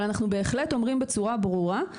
אבל אנחנו בהחלט אומרים בצורה ברורה,